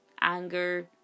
anger